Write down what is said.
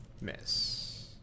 Miss